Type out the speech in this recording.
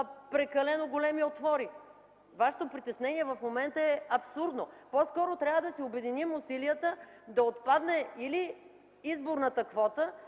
прекалено големи отвори. Вашето притеснение в момента е абсурдно. По-скоро трябва да обединим усилията си да отпадне или изборната квота,